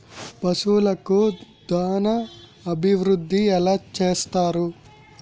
పశువులకు దాన అభివృద్ధి ఎలా చేస్తారు?